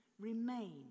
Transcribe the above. remain